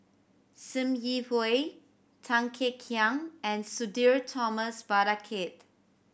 Sim Yi Hui Tan Kek Hiang and Sudhir Thomas Vadaketh